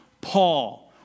Paul